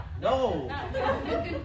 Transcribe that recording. No